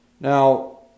Now